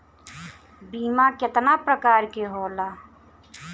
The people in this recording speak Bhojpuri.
बीमा केतना प्रकार के होला?